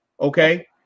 okay